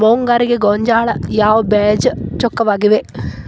ಮುಂಗಾರಿಗೆ ಗೋಂಜಾಳ ಯಾವ ಬೇಜ ಚೊಕ್ಕವಾಗಿವೆ?